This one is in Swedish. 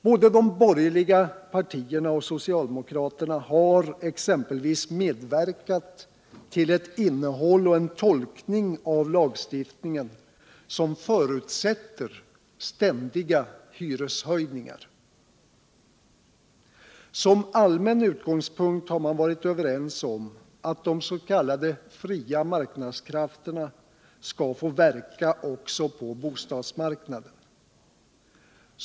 Både de borgerliga partierna och socialdemokraterna har exempelvis medverkat till ett innehåll och en tolkning av lagstiftningen som förutsätter ständiga hyreshöjningar. Som allmän utgångspunkt har man varit överens om att de s.k. fria marknadskraflfterna skall få verka också på bostadsmarknaden.